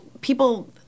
people